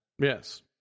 Yes